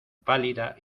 pálida